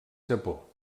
japó